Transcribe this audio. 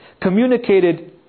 communicated